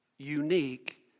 Unique